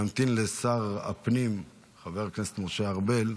נמתין לשר הפנים חבר הכנסת משה ארבל,